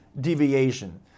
deviation